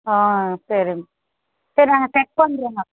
ஆ சரிங் சரி நாங்கள் செக் பண்ணுறோங்க